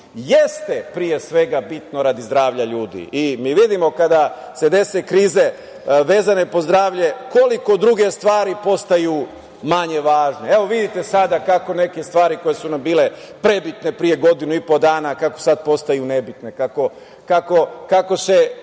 jeste, pre svega, bitno radi zdravlja ljudi. Mi vidimo kada se dese krize vezane po zdravlje, koliko druge stvari postaju manje važne. Evo, vidite sada kako neke stvari koje su nam bile prebitne pre godinu i po dana, kako sada postaju nebitne, kako se